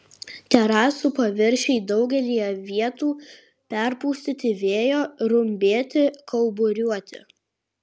terasų paviršiai daugelyje vietų perpustyti vėjo rumbėti kauburiuoti